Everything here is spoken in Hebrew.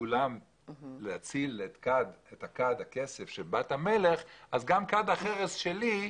כולם להציל את הכד של בת המלך וגם יעלו את כד החרס שלה.